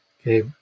Okay